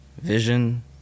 Vision